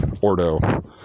ordo